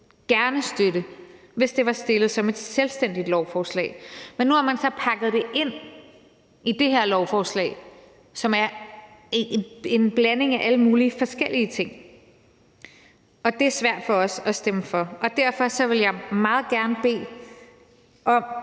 gerne støtte, hvis den var fremsat som et selvstændigt lovforslag, men nu har man så pakket det ind i det her lovforslag, som er en blanding af alle mulige forskellige ting, og det er svært for os at stemme for. Derfor vil jeg meget gerne bede om,